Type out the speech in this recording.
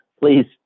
please